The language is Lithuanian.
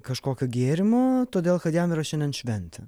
kažkokio gėrimo todėl kad jam yra šiandien šventė